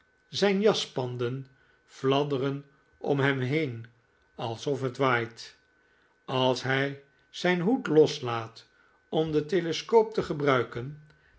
zijn jaspanden fladderen om hem heen alsof het waait als hij zijn hoed loslaat om den telescoop te gebruiken